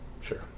sure